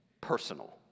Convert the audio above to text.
personal